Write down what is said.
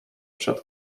przed